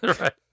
Right